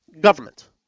Government